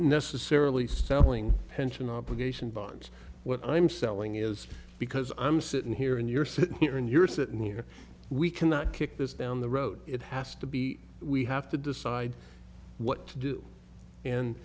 necessarily stumbling pension obligation bonds what i'm selling is because i'm sitting here and you're sitting here and you're sitting you know we cannot kick this down the road it has to be we have to decide what to do and